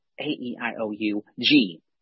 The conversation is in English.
A-E-I-O-U-G